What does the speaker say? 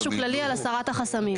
משהו כללי על הסרת החסמים.